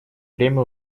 время